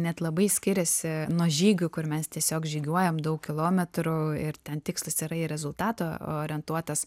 net labai skiriasi nuo žygių kur mes tiesiog žygiuojam daug kilometrų ir ten tikslas yra į rezultatą orientuotas